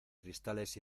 cristales